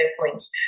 points